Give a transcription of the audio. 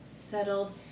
settled